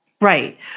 Right